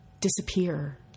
disappear